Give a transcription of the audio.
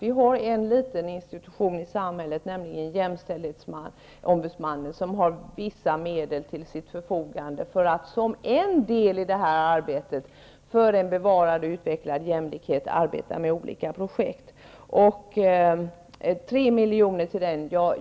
Vi har en liten institution i samhället, nämligen jämställdhetsombudsmannen, som har vissa medel till sitt förfogande för att arbeta med olika projekt som en del av arbetet för en bevarad och utvecklad jämlikhet.